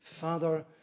Father